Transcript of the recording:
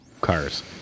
cars